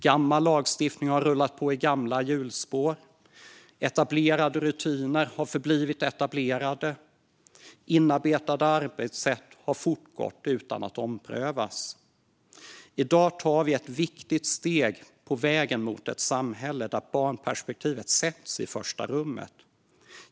Gammal lagstiftning har rullat på i gamla hjulspår, etablerade rutiner har förblivit etablerade och inarbetade arbetssätt har fortgått utan att omprövas. I dag tar vi ett viktigt steg på vägen mot ett samhälle där barnperspektivet sätts i första rummet.